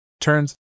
turns